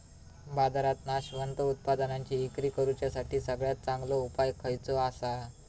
बाजारात नाशवंत उत्पादनांची इक्री करुच्यासाठी सगळ्यात चांगलो उपाय खयचो आसा?